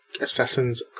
Assassin's